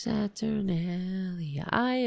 Saturnalia